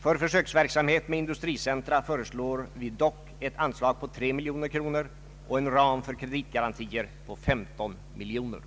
För försöksverksamhet med industricentra föreslår vi dock ett anslag på 3 miljoner kronor och en ram för kreditgarantier på 15 miljoner